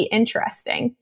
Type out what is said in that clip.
interesting